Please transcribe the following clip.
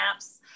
apps